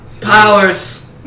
powers